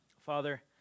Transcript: Father